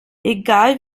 egal